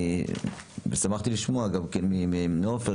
ואני שמחתי לשמוע גם כן מעופר,